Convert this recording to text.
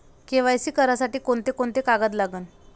KYC करासाठी कोंते कोंते कागद लागन?